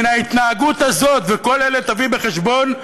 מההתנהגות הזאת, וכל אלה, תביא בחשבון,